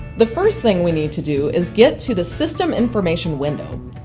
the first thing we need to do is get to the system information window.